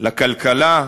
לכלכלה,